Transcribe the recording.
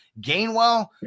gainwell